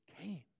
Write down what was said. came